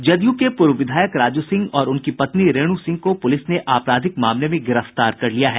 जदयू के पूर्व विधायक राजू सिंह और उनकी पत्नी रेणु सिंह को पुलिस ने आपराधिक मामले में गिरफ्तार कर लिया है